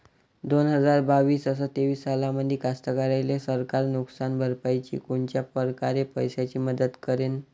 दोन हजार बावीस अस तेवीस सालामंदी कास्तकाराइले सरकार नुकसान भरपाईची कोनच्या परकारे पैशाची मदत करेन?